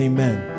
Amen